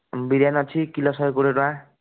ବିରିୟାନି ଅଛି କିଲୋ ଶହେକୋଡ଼ିଏ ଟଙ୍କା